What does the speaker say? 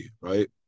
right